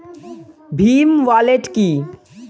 Bhim wallet কি?